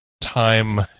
time